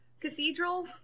Cathedral